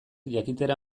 jakitera